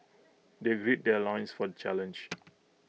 they gird their loins for the challenge